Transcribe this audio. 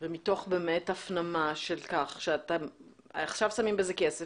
ומתוך באמת הפנמה שעכשיו שמים בזה כסף